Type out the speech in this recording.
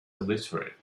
illiterate